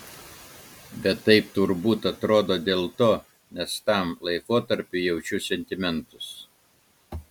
bet taip turbūt atrodo dėl to nes tam laikotarpiui jaučiu sentimentus